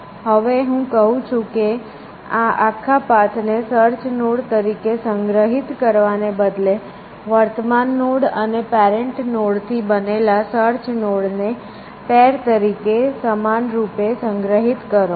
હવે હું કહું છું કે આ આખા પાથ ને સર્ચ નોડ તરીકે સંગ્રહિત કરવાને બદલે વર્તમાન નોડ અને પેરેંટ નોડ થી બનેલા સર્ચ નોડ ને પેર તરીકે સમાનરૂપે સંગ્રહિત કરો